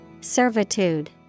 Servitude